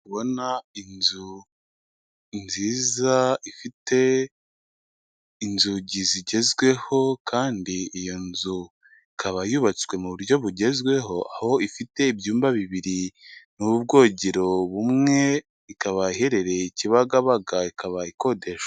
Ndabona inzu nziza ifite inzugi zigezweho kandi iyo nzu ikaba yubatswe muburyo bugezweho aho ifite ibyumba bibiri n'ubwogero bumwe ikaba iherereye i Kibagabaga ikaba ikodeshwa.